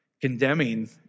condemning